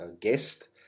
guest